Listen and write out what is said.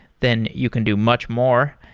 then you can do much more.